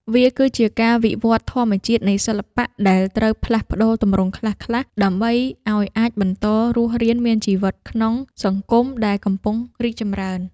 វាគឺជាការវិវត្តធម្មជាតិនៃសិល្បៈ ដែលត្រូវផ្លាស់ប្តូរទម្រង់ខ្លះៗ ដើម្បីឱ្យអាចបន្តរស់រានមានជីវិតក្នុងសង្គមដែលកំពុងរីកចម្រើន។